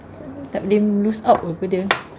tak boleh loose out ke dia